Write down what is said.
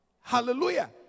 Hallelujah